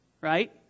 right